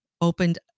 opened